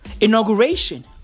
inauguration